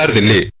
in the